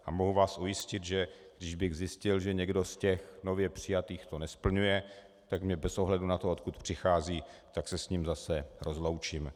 A mohu vás ujistit, že kdybych zjistil, že někdo z těch nově přijatých to nesplňuje, tak bez ohledu na to, odkud přichází, se s ním zase rozloučím.